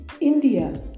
India